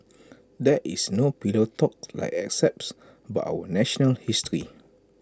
there is no pillow talk like excepts about our national history